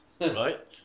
Right